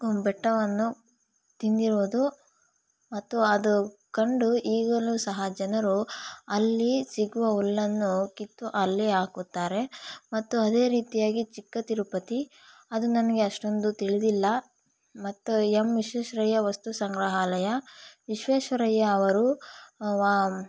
ಬೆಟ್ಟವನ್ನು ತಿಂದಿರುವುದು ಮತ್ತು ಅದು ಕಂಡು ಈಗಲೂ ಸಹ ಜನರು ಅಲ್ಲಿ ಸಿಗುವ ಹುಲ್ಲನ್ನು ಕಿತ್ತು ಅಲ್ಲೇ ಹಾಕುತ್ತಾರೆ ಮತ್ತು ಅದೇ ರೀತಿಯಾಗಿ ಚಿಕ್ಕ ತಿರುಪತಿ ಅದು ನನಗೆ ಅಷ್ಟೊಂದು ತಿಳಿದಿಲ್ಲ ಮತ್ತು ಎಮ್ ವಿಶ್ವೇಶ್ವರಯ್ಯ ವಸ್ತು ಸಂಗ್ರಹಾಲಯ ವಿಶ್ವೇಶ್ವರಯ್ಯ ಅವರು ವಾ